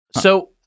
So-